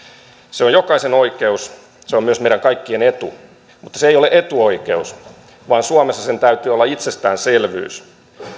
se on jokaisen oikeus se on myös meidän kaikkien etu mutta se ei ole etuoikeus vaan suomessa sen täytyy olla itsestäänselvyys